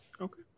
Okay